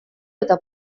eta